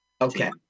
Okay